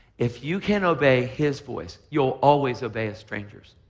if you can't obey his voice, you'll always obey a stranger's.